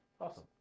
awesome